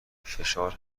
فشار